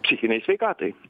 psichinei sveikatai